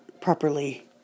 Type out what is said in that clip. properly